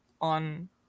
On